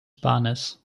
barnes